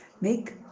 make